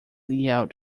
yield